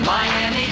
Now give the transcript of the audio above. Miami